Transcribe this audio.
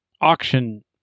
auction